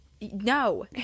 no